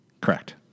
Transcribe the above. Correct